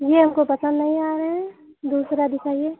यह हमको पसन्द नहीं आ रहे हैं दूसरा दिखाइए